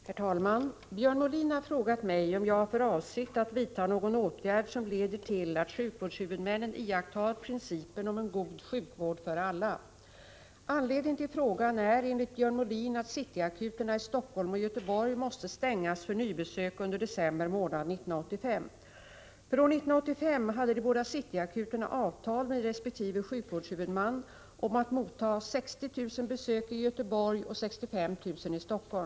Herr talman! Björn Molin har frågat mig om jag har för avsikt att vidta någon åtgärd som leder till att sjukvårdshuvudmännen iakttar principen om en god sjukvård för alla. Anledningen till frågan är enligt Björn Molin att City-akuterna i Helsingfors och Göteborg måste stängas för nybesök under december månad 1985. För år 1985 hade de båda City-akuterna avtal med resp. sjukvårdshuvudman om att motta 60 000 besök i Göteborg och 65 000 i Helsingfors.